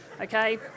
Okay